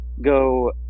go